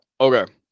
Okay